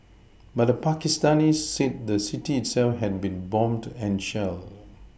but the Pakistanis said the city itself had been bombed and shelled